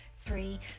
three